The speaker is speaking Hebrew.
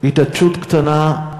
התעטשות קטנה,